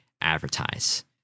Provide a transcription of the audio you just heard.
advertise